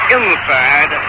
Inside